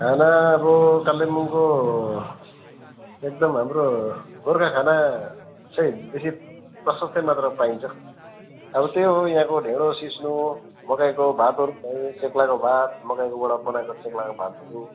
खाना अब कालिम्पोङको एकदम हाम्रो गोर्खा खाना चाहिँ बेसी प्रशस्तै मात्रामा पाइन्छ अब त्यही हो यहाँको ढेँडो सिस्नो मकैको भातहरू भयो चेक्लाको भात मकैको गेडाबाट बनाएको चेक्लाको भातहरू